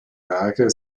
werke